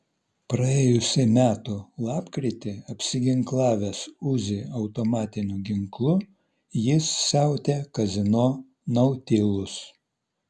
praėjusių metų lapkritį apsiginklavęs uzi automatiniu ginklu jis siautė kazino nautilus